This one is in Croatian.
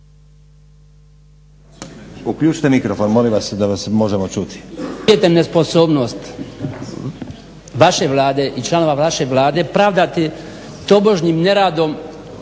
Uključite mikrofon molim vas da vas možemo čuti.